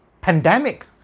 pandemic